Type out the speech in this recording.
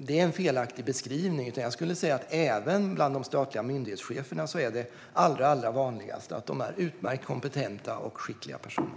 Det är en felaktig beskrivning. Jag skulle säga att även bland de statliga myndighetscheferna är det allra vanligast att de är utmärkt kompetenta och skickliga personer.